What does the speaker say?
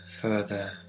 further